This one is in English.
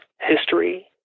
history